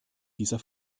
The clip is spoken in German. dieser